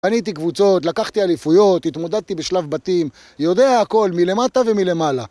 עליתי קבוצות, לקחתי אליפויות, התמודדתי בשלב בתים, יודע הכל מלמטה ומלמעלה